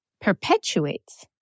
perpetuates